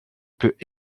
peut